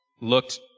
looked